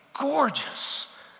gorgeous